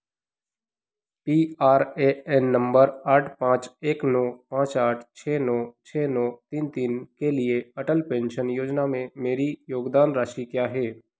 P R A N number आठ पाँच एक नौ पाँच आठ छः नौ छः नौ तीन तीन के लिए अटल पेंशन योजना में मेरी योगदान राशि क्या है